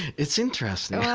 it's interesting well,